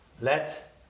Let